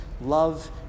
love